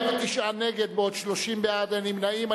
49 נגד, 30 בעד, אין נמנעים.